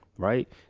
Right